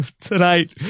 tonight